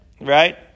right